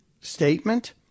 statement